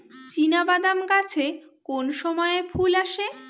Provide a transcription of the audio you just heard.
চিনাবাদাম গাছে কোন সময়ে ফুল আসে?